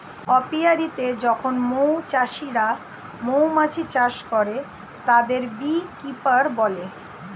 অপিয়া রীতে যখন মৌ চাষিরা মৌমাছি চাষ করে, তাদের বী কিপার বলে